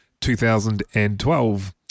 2012